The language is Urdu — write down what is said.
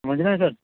سمجھ رہے ہیں سر